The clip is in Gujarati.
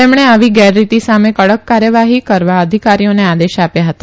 તેમણે આવી ગેરરીતી સામે કડક કાર્યવાહી કરવા અધિકારીઓને આદેશ આપ્યા હતા